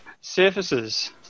Surfaces